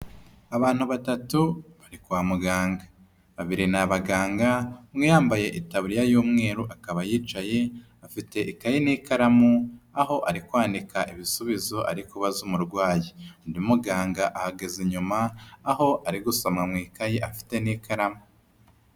Abantu batatu bari kwa muganga babiri ni abaganga umwe yambaye itabariya y'umweru akaba yicaye afite ikaye n'ikaramu aho ari kika ibisubizo ari kubaza umurwayi undi muganga ahagaze inyuma aho ari gusoma mu ikayi afite n'ikaramu.